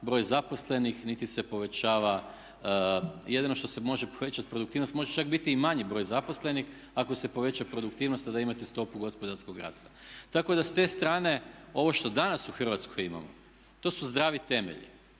broj zaposlenih, niti se povećava, jedino što se može povećati produktivnost, može čak biti i manji broj zaposlenih ako se poveća produktivnost a da imate stopu gospodarskog rasta. Tako da s te strane ovo što danas u Hrvatskoj imamo to su zdravi temelji,